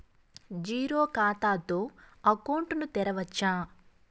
Zero ఖాతా తో account ను తెరవచ్చా?